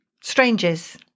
Strangers